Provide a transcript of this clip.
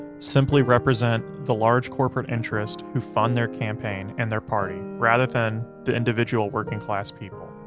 simply represent the large corporate interest who fund their campaign and their party, rather than the individual working-class people.